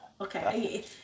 Okay